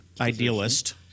idealist